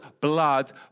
blood